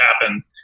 happen